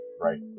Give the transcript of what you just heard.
right